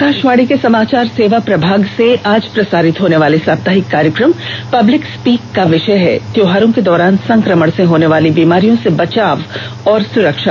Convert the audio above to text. आकाशवाणी के समाचार सेवा प्रभाग से आज प्रसारित होने वाले साप्ताहिक कार्यक्रम पब्लिक स्पीक का विषय हैः त्यौहारों के दौरान संक्रमण से होने वाली बीमारियों से बचाव और सुरक्षा